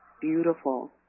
beautiful